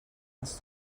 als